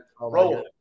Roll